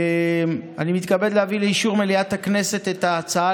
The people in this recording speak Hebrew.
אני מתכבד להביא לאישור מליאת הכנסת את ההצעה